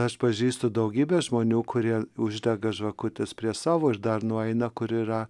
aš pažįstu daugybę žmonių kurie uždega žvakutes prie savo ir dar nueina kur yra